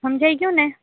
હમજાઈ ગયુ ને